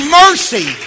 mercy